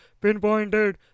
pinpointed